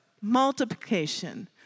multiplication